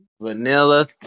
vanilla